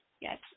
Yes